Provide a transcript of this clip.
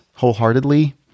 wholeheartedly